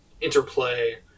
interplay